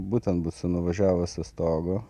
būtent būt su nuvažiavusi stogu